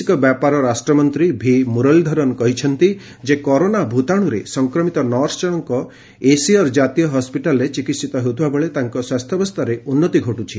ବୈଦେଶିକ ବ୍ୟାପାର ରାଷ୍ଟ୍ରମନ୍ତ୍ରୀ ଭି ମୁରଲୀଧରନ କହିଛନ୍ତି ଯେ କରୋନା ଭୂତାଣୁରେ ସଂକ୍ରମିତ ନର୍ସ ଜଣଙ୍କ ଏସିୟର୍ ଜାତୀୟ ହସ୍କିଟାଲ୍ରେ ଚିକିିିିତ ହେଉଥିବା ବେଳେ ତାଙ୍କ ସ୍ୱାସ୍ଥ୍ୟାବସ୍ଥାରେ ଉନ୍ନତି ଘଟ୍ଟିଛି